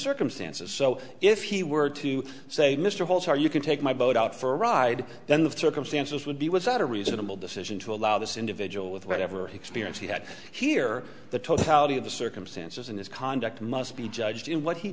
circumstances so if he were to say mr holt are you can take my boat out for a ride then the circumstances would be was that a reasonable decision to allow this individual with whatever he experienced he had here the totality of the circumstances in his conduct must be judged in what he